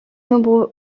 nombreux